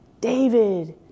David